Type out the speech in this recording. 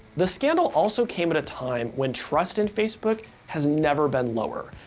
the scandal also came at a time when trust in facebook has never been lower.